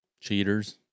Cheaters